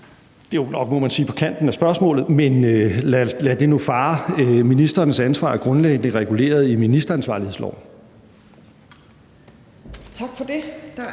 Det er jo nok, må man sige, på kanten af spørgsmålet, men lad det nu fare. Ministrenes ansvar er grundlæggende reguleret i ministeransvarlighedsloven. Kl.